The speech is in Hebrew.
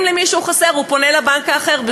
ואם למישהו חסר הוא פונה לבנק האחר,